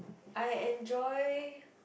I enjoy